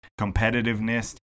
competitiveness